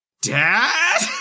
Dad